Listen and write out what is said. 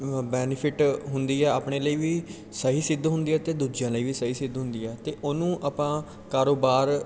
ਬ ਬੈਨੀਫਿਟ ਹੁੰਦੀ ਹੈ ਆਪਣੇ ਲਈ ਵੀ ਸਹੀ ਸਿੱਧ ਹੁੰਦੀ ਹੈ ਅਤੇ ਦੂਜਿਆਂ ਲਈ ਵੀ ਸਹੀ ਸਿੱਧ ਹੁੰਦੀ ਹੈ ਅਤੇ ਉਹਨੂੰ ਆਪਾਂ ਕਾਰੋਬਾਰ